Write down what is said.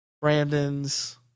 Brandon's